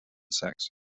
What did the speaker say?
sex